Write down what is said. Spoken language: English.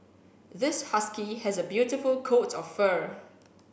this husky has a beautiful coat of fur